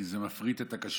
כי זה מפריט את הכשרות,